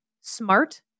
smart